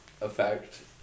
effect